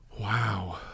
Wow